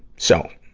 so,